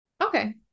Okay